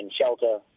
shelter